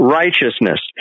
righteousness